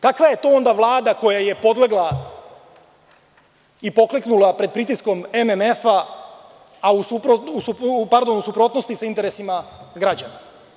Kakva je to onda Vlada koja je podlegla i pokleknula pred pritiskom MMF-a, a u suprotnosti sa interesima građana?